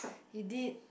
you did